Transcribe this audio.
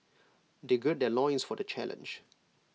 they gird their loins for the challenge